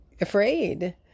afraid